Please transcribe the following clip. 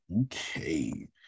Okay